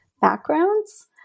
backgrounds